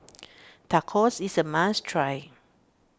Tacos is a must try